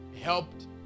helped